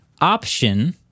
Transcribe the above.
option